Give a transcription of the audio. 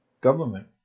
government